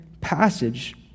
passage